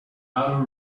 outer